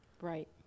Right